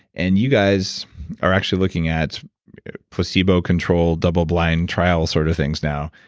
and you guys are actually looking at placebo controlled double blind trial sort of things now.